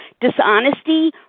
dishonesty